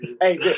hey